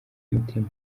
umutima